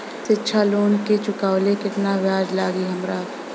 शिक्षा लोन के चुकावेला केतना ब्याज लागि हमरा?